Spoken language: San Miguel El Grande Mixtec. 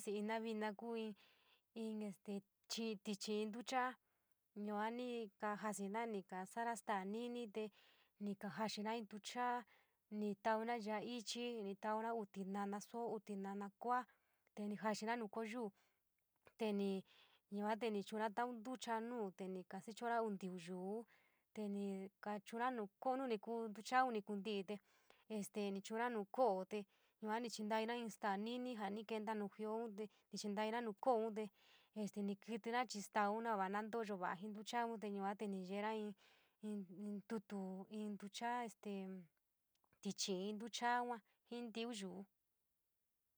vino kuu inn tíchii ntucha’a yua ni la jasina ni kasabra staa ni’ni tee, ni kajaaxina inn nducha’a ni tauuna ya’a ichi, ni tauna au tinana soo, uu tinana kua’a te ni jaaxina nuu kooyuu te ni, yua te nii chu’ura too ntucha nuu te ni kasichora uu tíkí yuu te nii nu nu ni kuu ntuchaa ni kuntii te este ni chu’ura nuu kobu yua ni chintaira staa nini ni kento nu jioun te ni chuntaira nuu ko’oon te este ni kítíra chii stauun na va na ntoyo va’a jii ntucha’an te ni yeera inn, inn tutu, inn ntucha’a esten tichiin ntucha’aun yua jii tíví yuu.